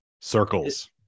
Circles